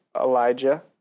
Elijah